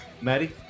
Maddie